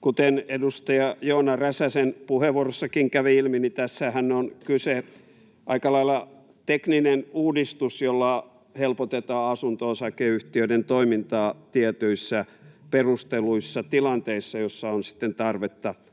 Kuten edustaja Joona Räsäsen puheenvuorossakin kävi ilmi, niin tässähän on kyseessä aika lailla tekninen uudistus, jolla helpotetaan asunto-osakeyhtiöiden toimintaa tietyissä perustelluissa tilanteissa, joissa on tarvetta ottaa